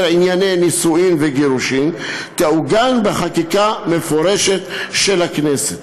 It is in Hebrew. ענייני נישואין וגירושין תעוגן בחקיקה מפורשת של הכנסת.